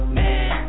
man